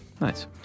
Nice